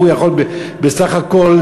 הוא יכול בסך הכול,